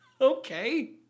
Okay